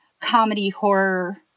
comedy-horror